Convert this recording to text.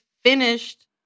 finished